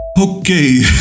Okay